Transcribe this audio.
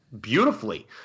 beautifully